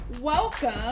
Welcome